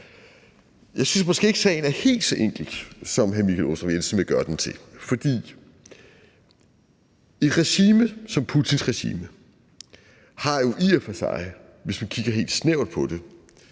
Jeg synes måske ikke, at sagen er helt så enkel, som hr. Michael Aastrup Jensen vil gøre den til, for et regime som Putins har jo i og for sig, hvis vi kigger helt snævert på det,